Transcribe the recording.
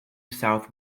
south